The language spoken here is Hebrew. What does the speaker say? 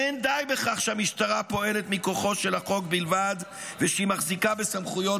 אין די בכך שהמשטרה פועלת מכוחו של החוק בלבד ושהיא מחזיקה בסמכויות